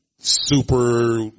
Super